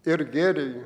ir gėriui